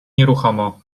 nieruchomo